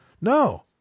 No